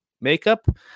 Makeup